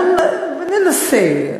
אנחנו ננסה.